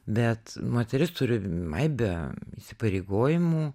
bet moteris turi aibę įsipareigojimų